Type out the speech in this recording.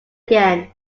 again